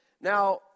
Now